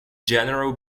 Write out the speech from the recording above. general